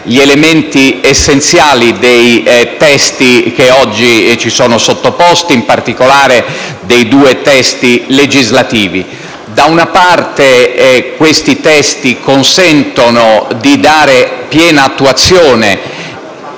gli elementi essenziali dei testi che oggi ci sono sottoposti, in particolare dei due testi legislativi: da una parte, questi testi consentiranno alla fine